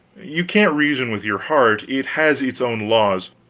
you can't reason with your heart it has its own laws,